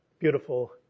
beautiful